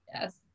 Yes